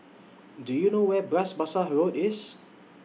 Do YOU know Where Bras Basah Road IS